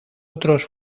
otros